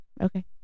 Okay